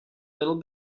little